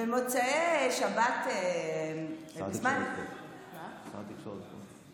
במוצאי שבת, שר התקשורת פה.